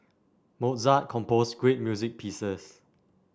Mozart composed great music pieces